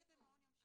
במעון יום שיקומי.